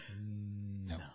No